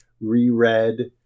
reread